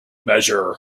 measure